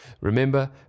Remember